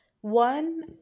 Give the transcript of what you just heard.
One